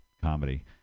comedy